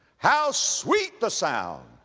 how sweet the sound,